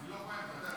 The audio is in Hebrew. אני לא כוהן, אתה יודע.